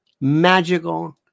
magical